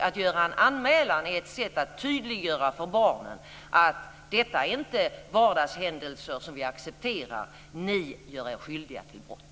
Att göra en anmälan är ett sätt att tydliggöra för barnen att detta inte är några vardagshändelser som vi accepterar, utan ni gör er skyldiga till brott.